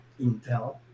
Intel